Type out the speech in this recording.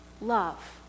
love